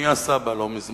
הוא נהיה סבא לא מזמן,